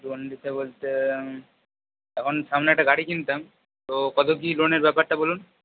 loan নিতে বলতে এখন সামনে একটা গাড়ি কিনতাম তো কতো কী লোনের ব্যাপারটা বলুন